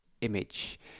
image